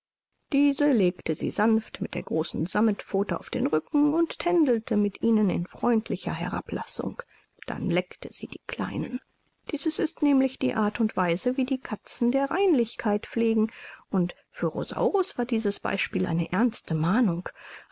diese legte sie sanft mit der großen sammetpfote auf den rücken und tändelte mit ihnen in freundlicher herablassung dann leckte sie die kleinen dieses ist nämlich die art und weise wie die katzen der reinlichkeit pflegen und für rosaurus war dieses beispiel eine ernste mahnung